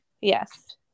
Yes